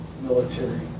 military